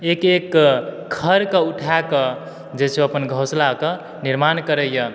एक एक खढ़कऽ उठायकऽ जे छै ओ अपन घोसलाकऽ निर्माण करैए